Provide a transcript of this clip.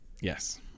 Yes